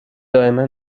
دائما